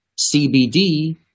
CBD